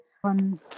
one